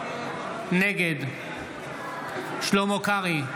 נגד שלמה קרעי,